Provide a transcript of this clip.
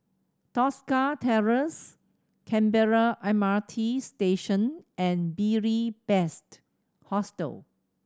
Tosca Terrace Canberra M R T Station and Beary Best Hostel